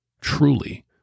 truly